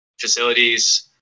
facilities